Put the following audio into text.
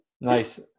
Nice